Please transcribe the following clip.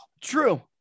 true